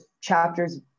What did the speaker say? chapters